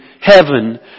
heaven